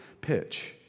pitch